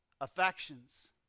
affections